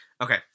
Okay